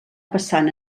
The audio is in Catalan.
passant